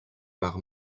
par